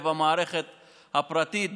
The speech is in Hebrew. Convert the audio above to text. למערכת הפרטית.